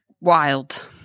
wild